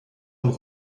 und